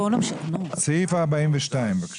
סעיף 42, בבקשה.